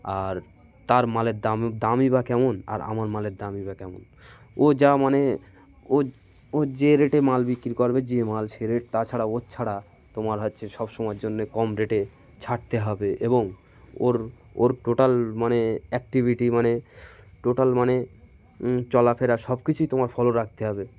আর তার মালের দামি দামই বা কেমন আর আমার মালের দামই বা কেমন ও যা মানে ও ও যে রেটে মাল বিক্রি করবে যে মাল সে রেট তাছাড়া ওর ছাড়া তোমার হচ্ছে সব সময়ের জন্যে কম রেটে ছাড়তে হবে এবং ওর ওর টোটাল মানে অ্যাক্টিভিটি মানে টোটাল মানে চলাফেরা সব কিছুই তোমার ফলো রাখতে হবে